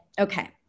okay